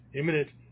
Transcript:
imminent